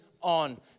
on